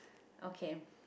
okay